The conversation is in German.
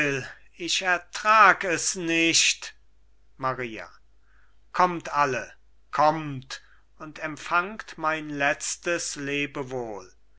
ich ertrag es nicht maria kommt alle kommt und empfangt mein letztes